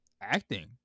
acting